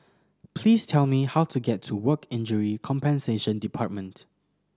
please tell me how to get to Work Injury Compensation Department